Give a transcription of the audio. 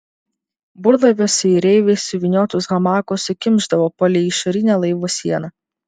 burlaiviuose jūreiviai suvyniotus hamakus sukimšdavo palei išorinę laivo sieną